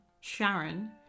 Sharon